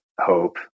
hope